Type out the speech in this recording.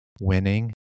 winning